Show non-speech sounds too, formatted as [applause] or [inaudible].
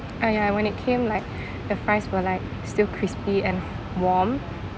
ah ya when it came like [breath] the fries were like still crispy and warm